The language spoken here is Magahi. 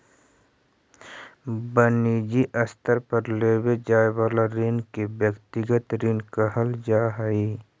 वनिजी स्तर पर लेवे जाए वाला ऋण के व्यक्तिगत ऋण कहल जा हई